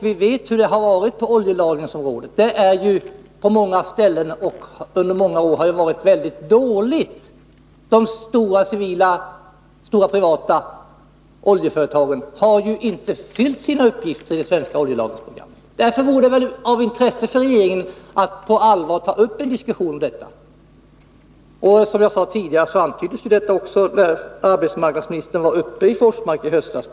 Vi vet hur det har varit på oljelagringsområdet. På många ställen och under många år har det varit mycket dåligt: de stora privata oljeföretagen har inte fyllt sina uppgifter i det svenska oljelagringsprogrammet. Därför vore det väl av intresse för regeringen att på allvar ta upp en diskussion om detta. Som jag sade tidigare antyddes också detta när arbetsmarknadsministern var uppe i Forsmark i höstas.